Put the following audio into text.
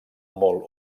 molt